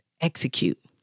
execute